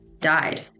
died